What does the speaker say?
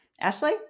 Ashley